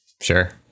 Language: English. Sure